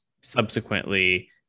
subsequently